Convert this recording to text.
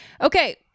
okay